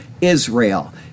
Israel